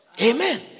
Amen